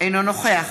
אינו נוכח